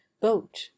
boat